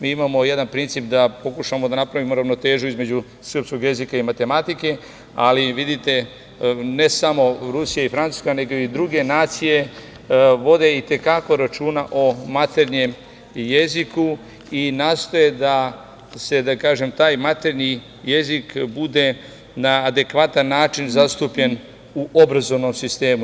Mi imamo jedan princip da pokušamo da napravimo ravnotežu između srpskog jezika i matematike, ali vidite, ne samo Rusija i Francuska nego i druge nacije vode i te kako računa o maternjem jeziku i nastoje da taj maternji jezik bude na adekvatan način zastupljen u obrazovnom sistemu.